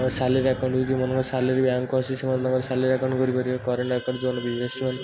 salary account ଯେଉଁମାନଙ୍କ salary ବ୍ୟାଙ୍କ୍କୁ ଆସୁଛି ସେମାନେ ତାଙ୍କର ସାଲାରୀ ଆକାଉଣ୍ଟ୍ କରିପାରିବେ କରେଣ୍ଟ୍ ଆକାଉଣ୍ଟ୍ ଯେଉଁମାନେ ବିଜିନେସ୍